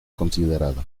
considerada